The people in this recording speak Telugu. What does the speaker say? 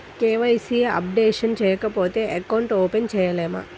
కే.వై.సి అప్డేషన్ చేయకపోతే అకౌంట్ ఓపెన్ చేయలేమా?